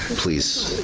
please,